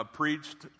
preached